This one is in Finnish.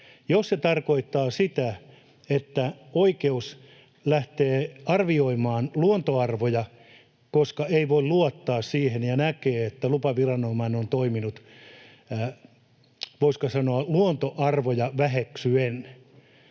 jos se tarkoittaa sitä, että oikeus lähtee arvioimaan luontoarvoja, koska ei voi luottaa siihen ja näkee, että lupaviranomainen on toiminut, voisiko sanoa, luontoarvoja väheksyen.